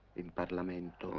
in parliament.